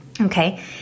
Okay